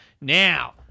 Now